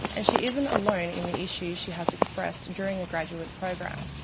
and she isn't alone in the issues she has expressed during a graduate program.